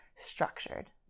structured